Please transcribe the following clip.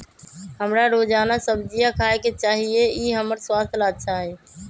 हमरा रोजाना सब्जिया खाय के चाहिए ई हमर स्वास्थ्य ला अच्छा हई